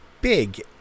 Big